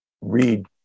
read